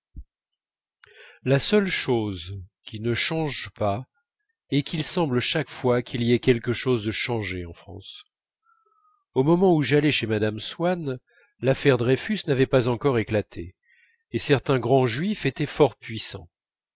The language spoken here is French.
la seule chose qui ne change pas est qu'il semble chaque fois qu'il y ait quelque chose de changé en france au moment où j'allai chez mme swann l'affaire dreyfus n'avait pas encore éclaté et certains grands juifs étaient fort puissants